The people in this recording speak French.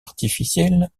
artificielle